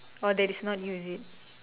or that is not you is it